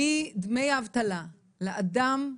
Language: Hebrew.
מדמי האבטלה בתקופת ההכשרה.